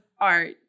art